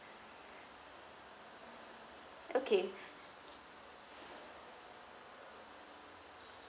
okay